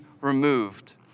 removed